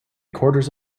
quarters